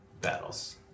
Battles